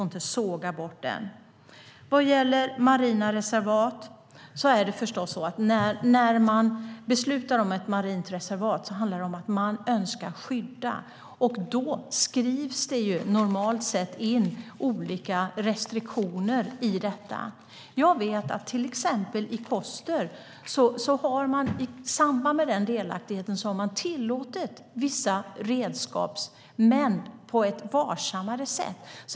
Den får vi inte såga av. När man beslutar om ett marint reservat handlar det om att man önskar skydda det. Då skrivs det normalt sett in olika restriktioner. Jag vet till exempel att i Koster har man i samband med denna delaktighet tillåtit vissa redskap men på ett varsammare sätt.